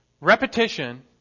Repetition